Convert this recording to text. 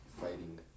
fighting